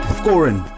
scoring